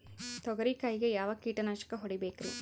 ತೊಗರಿ ಕಾಯಿಗೆ ಯಾವ ಕೀಟನಾಶಕ ಹೊಡಿಬೇಕರಿ?